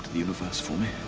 universe for me.